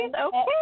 okay